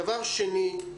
דבר שני,